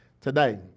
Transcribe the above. today